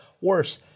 Worse